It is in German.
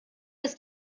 ist